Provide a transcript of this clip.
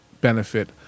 benefit